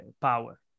power